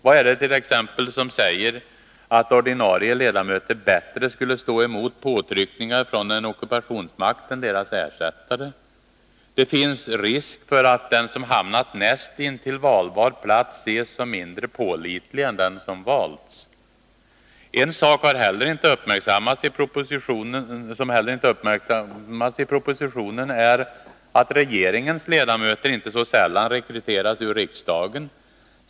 Vad är det t.ex. som säger att ordinarie ledamöter bättre skulle stå emot påtryckningar från en ockupationsmakt än deras ersättare? Det finns risk för att den som hamnat näst intill valbar plats ses som mindre pålitlig än den som valts. En sak som heller inte uppmärksammats i propositionen är att regeringens ledamöter inte så sällan rekryteras ur riksdagen.